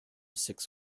six